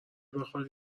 بخواد